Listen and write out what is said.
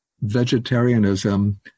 vegetarianism